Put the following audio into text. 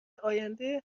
آینده